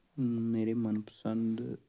ਮੇਰੇ ਮਨਪਸੰਦ